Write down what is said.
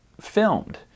filmed